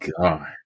God